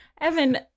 Evan